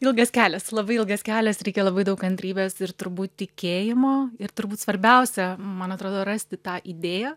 ilgas kelias labai ilgas kelias reikia labai daug kantrybės ir turbūt tikėjimo ir turbūt svarbiausia man atrodo rasti tą idėją